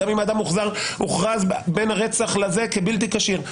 גם אם האדם הוכרז כבלתי כשיר,